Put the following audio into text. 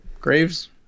Graves